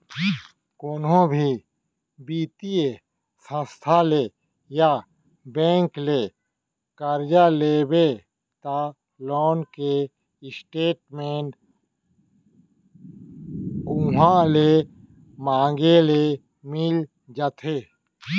कोनो भी बित्तीय संस्था ले या बेंक ले करजा लेबे त लोन के स्टेट मेंट उहॉं ले मांगे ले मिल जाथे